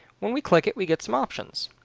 when we click it, we get some options.